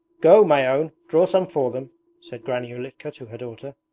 go, my own, draw some for them said granny ulitka to her daughter.